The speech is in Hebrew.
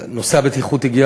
הבטיחות הגיע